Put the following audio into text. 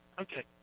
Okay